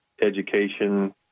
education